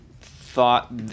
thought